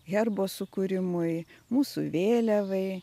herbo sukūrimui mūsų vėliavai